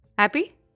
Happy